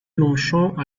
longchamps